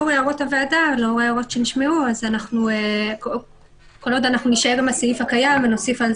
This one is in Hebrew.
האם לכתוב "ששוכנע שר הביטחון שחדלו להתקיים הנסיבות",